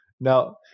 Now